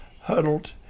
huddled